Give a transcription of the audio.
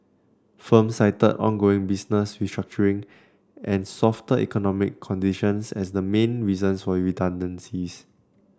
firms cited ongoing business restructuring and softer economic conditions as the main reasons for redundancies